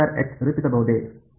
ನಾನು ರೂಪಿಸಬಹುದೇ